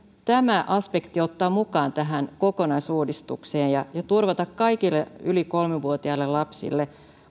tämä aspekti ottaa mukaan tähän kokonaisuudistukseen ja ja turvata kaikille yli kolme vuotiaille lapsille